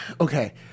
Okay